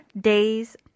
days